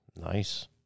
Nice